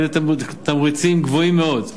על-ידי תמריצים גבוהים מאוד.